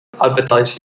advertise